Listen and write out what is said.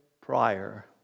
prior